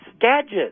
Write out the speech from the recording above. gadgets